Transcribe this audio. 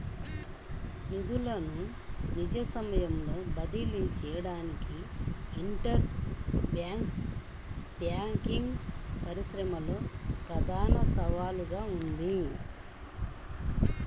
నిధులను నిజ సమయంలో బదిలీ చేయడానికి ఇంటర్ బ్యాంక్ బ్యాంకింగ్ పరిశ్రమలో ప్రధాన సవాలుగా ఉంది